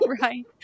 Right